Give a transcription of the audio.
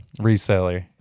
reseller